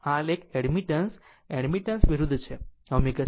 આલેખ આ admittance admittance વિરુદ્ધ છે અને આ ω0 છે